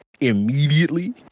immediately